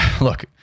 look